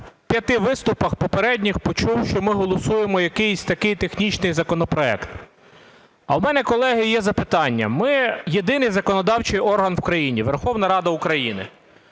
в п'яти виступах попередніх почув, що ми голосуємо якийсь такий технічний законопроект. А в мене, колеги, є запитання. Ми єдиний законодавчій орган в країні – Верховна Рада України,